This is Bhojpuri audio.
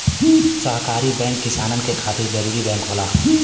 सहकारी बैंक किसानन के खातिर जरूरी बैंक होला